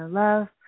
love